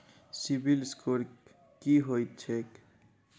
CIBIL score की होइत छैक?